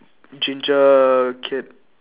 ginger kid